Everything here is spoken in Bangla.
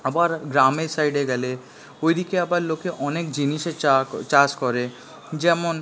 আবার গ্রামের সাইডে গেলে ওইদিকে আবার লোকে অনেক জিনিসের চাষ করে যেমন